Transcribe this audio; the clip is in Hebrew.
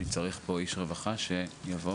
אני צריך פה איש רווחה שיבוא".